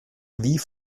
wie